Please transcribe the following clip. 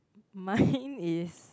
mine is